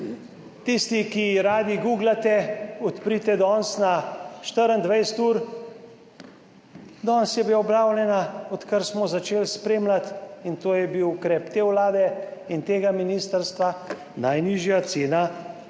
Tisti, ki radi guglate, odprite danes na 24 ur, danes je bila objavljena, odkar smo začeli spremljati, in to je bil ukrep te Vlade in tega ministrstva, najnižja cena